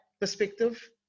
perspective